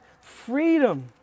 freedom